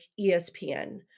espn